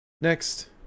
next